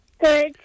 Good